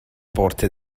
porte